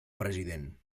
president